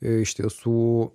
iš tiesų